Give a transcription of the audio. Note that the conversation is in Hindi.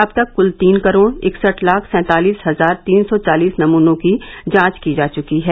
अब तक क्ल तीन करोड़ इकसठ लाख सैंतालीस हजार तीन सौ चालीस नमूनों की जांच की जा चुकी है